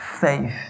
faith